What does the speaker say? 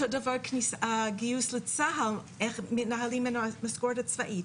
אותו דבר גיוס לצה"ל איך מנהלים משכורת צבאית.